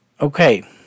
Okay